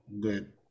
good